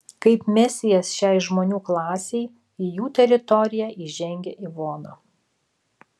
kaip mesijas šiai žmonių klasei į jų teritoriją įžengia ivona